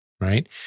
right